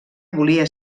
volia